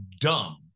dumb